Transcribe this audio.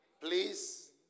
Please